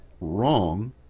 wrong